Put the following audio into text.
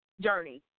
journey